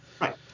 right